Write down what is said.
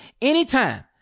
anytime